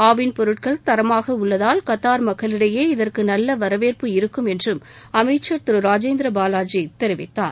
ஆவின் பொருட்கள் தரமாக உள்ளதால் கத்தார் மக்களிடையே இதற்கு நல்ல வரவேற்பு இருக்கும் என்றும் அமைச்சர் திரு ராஜேந்திர பாவாஜி தெரிவித்தார்